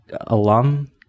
alum